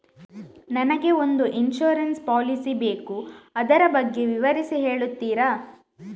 ನನಗೆ ಒಂದು insurance policy ಬೇಕು ಅದರ ಬಗ್ಗೆ ವಿವರಿಸಿ ಹೇಳುತ್ತೀರಾ?